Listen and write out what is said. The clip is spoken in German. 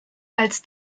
als